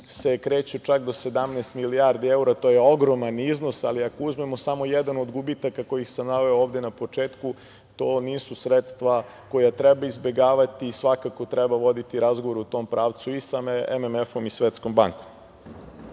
se kreću čak do 17 milijardi evra, to je ogroman iznos, ali ako uzmemo samo jedan od gubitaka koje sam naveo ovde na početku, to nisu sredstva koja treba izbegavati, svakako treba voditi razgovor u tom pravcu i sa MMF-om i sa Svetskom bankom. Ono